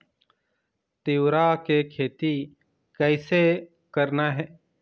तिऊरा के खेती कइसे करना हे?